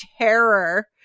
terror